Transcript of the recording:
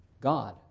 God